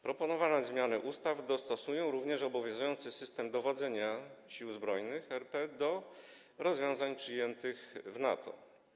Proponowane zmiany ustaw dostosują również obowiązujący system dowodzenia Siłami Zbrojnymi RP do rozwiązań przyjętych w NATO.